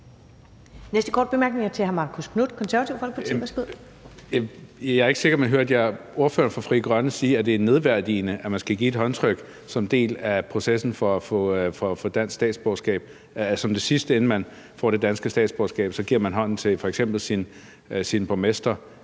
næste korte bemærkning er til hr. Marcus Knuth, Det Konservative Folkeparti. Værsgo. Kl. 14:06 Marcus Knuth (KF): Jeg er ikke sikker, men hørte jeg ordføreren fra Frie Grønne sige, at det er nedværdigende, at man skal give et håndtryk som en del af processen for at få dansk statsborgerskab? Som det sidste, inden man får det danske statsborgerskab, giver man hånden til f.eks. sin borgmester.